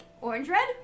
orange-red